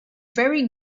very